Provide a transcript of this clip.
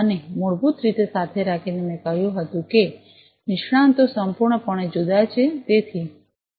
અને મૂળભૂત રીતે સાથે રાખીને મેં કહ્યું હતું કે નિષ્ણાતો સંપૂર્ણપણે જુદા છેતેથી ગેસ સેન્સર સાથે આવવું જરૂરી છે